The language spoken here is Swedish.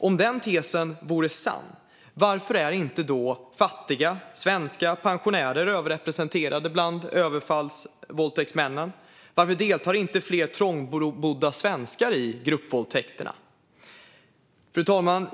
Om den tesen vore sann, varför är då inte fattiga svenska pensionärer överrepresenterade bland våldtäktsmännen? Varför deltar då inte fler trångbodda svenskar i gruppvåldtäkterna? Fru talman!